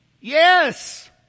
Yes